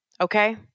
Okay